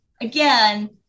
again